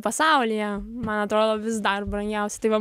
pasaulyje man atrodo vis dar brangiausia tai va